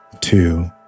two